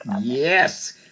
Yes